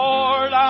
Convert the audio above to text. Lord